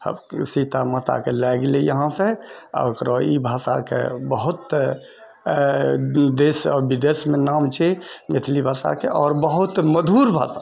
सीता माताके लए गेलै इहाँसे आ ओकरा ई भाषाके बहुत अऽ देश आओर विदेशमे नाम छै मैथिली भाषाके आओर बहुत मधुर भाषा